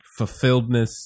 fulfilledness